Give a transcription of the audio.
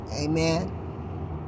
amen